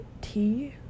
tea